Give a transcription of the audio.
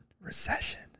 recession